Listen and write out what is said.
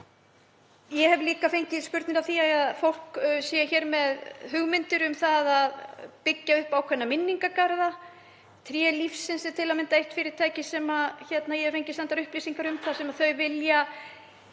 Ég hef líka fengið spurnir af því að fólk sé hér með hugmyndir um að byggja upp ákveðna minningargarða, Tré lífsins er til að mynda eitt fyrirtæki sem ég hef fengið sendar upplýsingar um, það vill